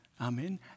Amen